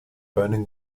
burning